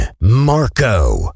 Marco